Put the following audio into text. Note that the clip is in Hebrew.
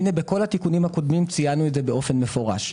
הנה בכל התיקונים הקודמים ציינו את זה באופן מפורש,